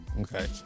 Okay